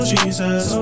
Jesus